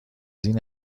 این